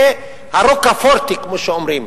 זה ה"רוקה פורטה", כמו שאומרים,